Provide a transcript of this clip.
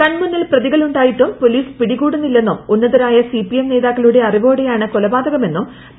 കൺമുന്നിൽ പ്രതികളുണ്ടായിട്ടും പൊലീസ് പിടികൂടുന്നില്ലെന്നും ഉന്നതരായ സിപിഎം നേതാക്കളുടെ അറിവോടെയാണ് കൊലപാതകമെന്നും പി